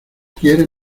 quieres